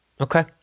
Okay